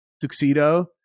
tuxedo